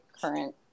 current